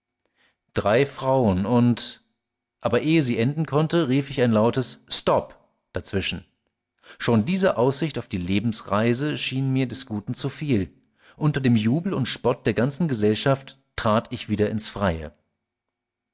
drei frauen und aber ehe sie enden konnte rief ich ein lautes stop dazwischen schon diese aussicht auf die lebensreise schien mir des guten zuviel unter dem jubel und spott der ganzen gesellschaft trat ich wieder ins freie